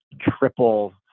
triple